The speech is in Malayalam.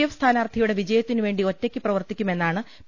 എഫ് സ്ഥാനാർത്ഥിയുടെ വിജയത്തിനുവേണ്ടി ഒറ്റയ്ക്ക് പ്രവർത്തിക്കുമെന്നാണ് പി